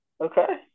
okay